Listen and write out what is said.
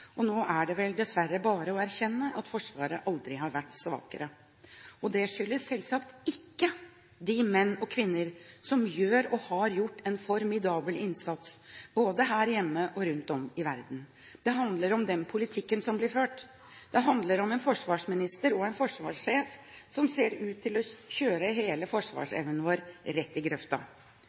Nå er det vel dessverre bare å erkjenne at Forsvaret aldri har vært svakere. Det skyldes selvsagt ikke de menn og kvinner som gjør og har gjort en formidabel innsats både her hjemme og rundt om i verden. Det handler om den politikken som blir ført. Det handler om en forsvarsminister og en forsvarsjef som ser ut til å kjøre hele forsvarsevnen vår rett i grøfta.